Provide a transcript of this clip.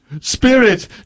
Spirit